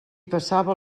passava